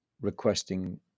requesting